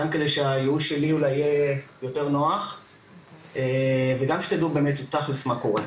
גם כדי שהייאוש שלי אולי יהיה יותר נוח וגם כדי שתדעו תכלס מה קורה.